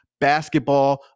basketball